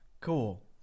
Cool